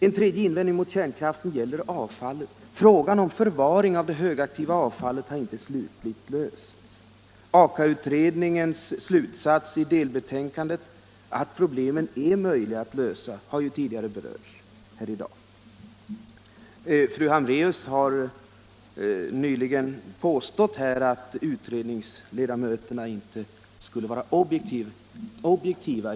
En tredje invändning mot kärnkraften gäller avfallet. Frågan om förvaring av det högaktiva avfallet har inte slutligt lösts. AKA-utredningens slutsats i delbetänkandet att problemen är möjliga att lösa har tidigare berörts här i dag. Fru Hambraeus har nyligen påstått att utredningsledamöterna inte skulle vara objektiva.